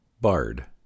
BARD